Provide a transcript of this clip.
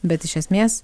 bet iš esmės